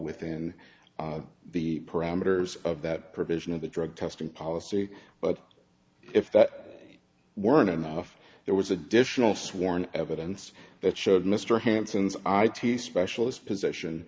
within the parameters of that provision of the drug testing policy but if that weren't enough there was additional sworn evidence that showed mr hansen's i t specialist position